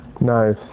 Nice